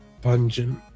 pungent